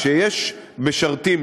כשיש משרתים,